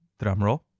Drumroll